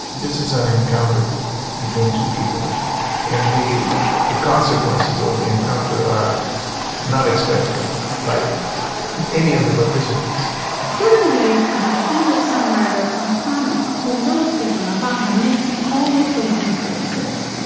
this is an encounter between two people indeed the consequences of the encounter are not expected by any other participants rubin blades is a singer songwriter from panama who rode pedro nava mixing all of those influences.